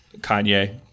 Kanye